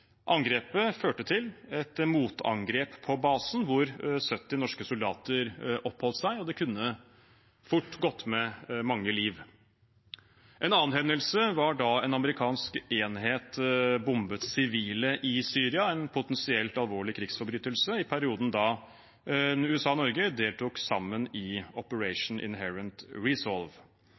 Angrepet førte til et motangrep på basen, hvor 70 norske soldater oppholdt seg, og det kunne fort gått med mange liv. En annen hendelse var da en amerikansk enhet bombet sivile i Syria – en potensielt alvorlig krigsforbrytelse i perioden da USA og Norge deltok sammen i Operation Inherent